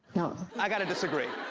no. i gotta disagree.